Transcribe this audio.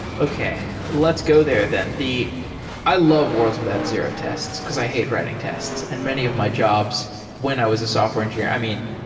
okay, let's go there then. i love worlds without zero tests, because i hate writing tests, and many of my jobs when i was a software engineer i mean,